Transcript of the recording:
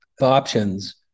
options